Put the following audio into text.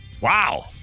Wow